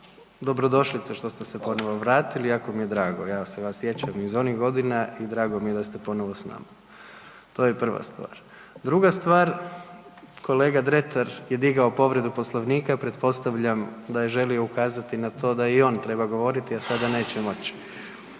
dobrodošlicu što ste se ponovno vratili i jako mi je drago, ja se vas sjećam iz onih godina i drago mi je da ste ponovo s nama. To je prva stvar. Druga stvar, kolega Dretar je digao povredu Poslovnika, pretpostavljam da je želio ukazati na to da i on treba govoriti, a sada neće moć.